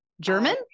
German